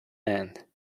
and